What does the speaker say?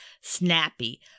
snappy